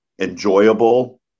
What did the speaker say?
Enjoyable